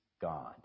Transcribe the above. God